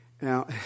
Now